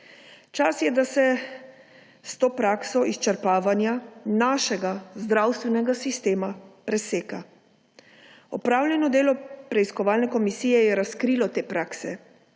Čas je, da se s to prakso izčrpavanja našega zdravstvenega sistema preseka. Opravljeno delo preiskovalne komisije je razkrilo te prakse